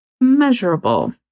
measurable